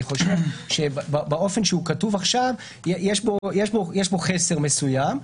אני חושב שבאופן שבו הוא כתוב עכשיו יש חסר מסוים.